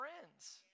friends